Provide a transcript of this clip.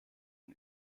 een